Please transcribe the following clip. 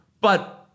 But-